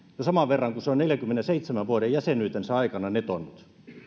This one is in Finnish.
saman verran kuin se on neljänkymmenenseitsemän vuoden jäsenyytensä aikana netonnut